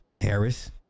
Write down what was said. Harris